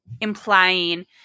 implying